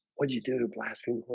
what'd you do to blasphemy? oh,